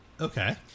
Okay